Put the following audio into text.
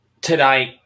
tonight